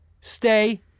Stay